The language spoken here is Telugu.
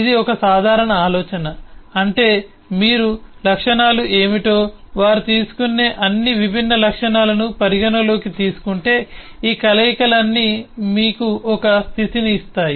ఇది ఒక సాధారణ ఆలోచన అంటే మీరు లక్షణాలు ఏమిటో వారు తీసుకునే అన్ని విభిన్న విలువలను పరిగణనలోకి తీసుకుంటే ఈ కలయికలన్నీ మీకు ఒక స్థితిని ఇస్తాయి